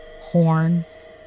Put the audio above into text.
horns